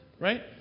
right